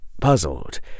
puzzled